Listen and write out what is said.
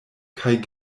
kaj